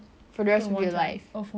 makan yang sama selama-lamanya